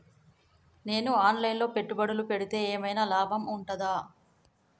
నేను online లో పెట్టుబడులు పెడితే ఏమైనా లాభం ఉంటదా?